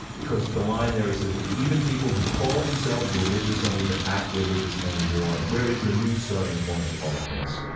because the line there, he says, even people who call themselves religious don't even act religious anymore. where is the new starting point for all of this?